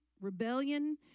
rebellion